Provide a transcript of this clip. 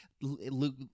Luke